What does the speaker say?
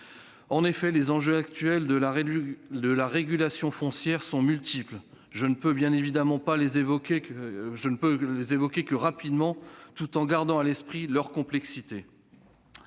En effet, les enjeux actuels de la régulation foncière sont multiples. Bien entendu, je ne peux que les évoquer rapidement, tout en gardant à l'esprit leur complexité.